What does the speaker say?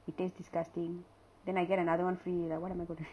it taste disgusting then I get another [one] free like what am I gonna